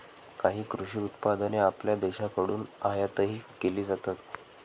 काही कृषी उत्पादने आपल्या देशाकडून आयातही केली जातात